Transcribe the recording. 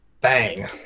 bang